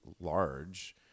large